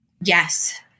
Yes